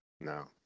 No